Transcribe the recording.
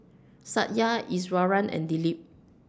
Satya Iswaran and Dilip